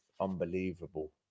unbelievable